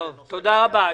תודה רבה.